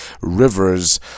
rivers